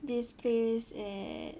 this place in